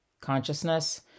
consciousness